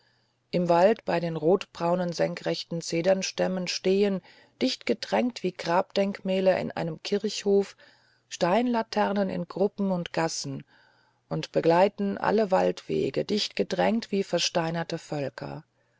im wald bei den rotbraunen senkrechten zedernstämmen stehen dichtgedrängt wie grabdenkmäler in einem kirchhof steinlaternen in gruppen und gassen und begleiten alle waldwege dichtgedrängt wie versteinerte völker